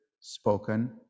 spoken